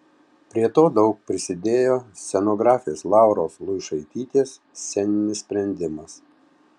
prie to daug prisidėjo scenografės lauros luišaitytės sceninis sprendimas